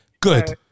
Good